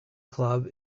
club